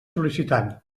sol·licitant